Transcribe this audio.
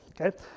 okay